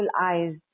eyes